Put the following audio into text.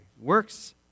works